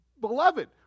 beloved